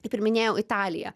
kaip ir minėjau italija